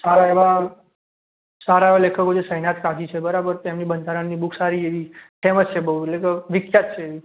સારા એવા સારા એવા લેખકો છે શહેઝાદ કાઝી છે બરાબર તો એમની બંધારણની બૂક સારી એવી ફેમસ છે બહુ એટલે કે વિખ્યાત છે એ